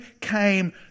came